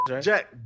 Jack